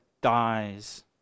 dies